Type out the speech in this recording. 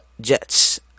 Jets